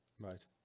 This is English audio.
right